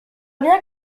bien